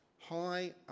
high